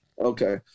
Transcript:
Okay